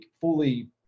fully